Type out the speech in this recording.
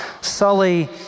Sully